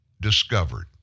discovered